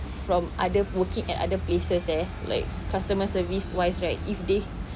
from other working at other places eh like customer service wise right if they